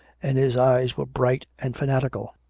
and his eyes were bright and fanatical.